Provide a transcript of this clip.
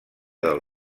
del